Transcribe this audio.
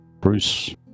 Bruce